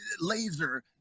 laser